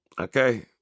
Okay